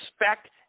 respect